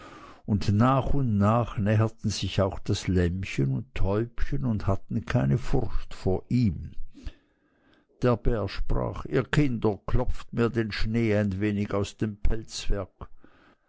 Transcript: und nach und nach näherten sich auch das lämmchen und täubchen und hatten keine furcht vor ihm der bär sprach ihr kinder klopft mir den schnee ein wenig aus dem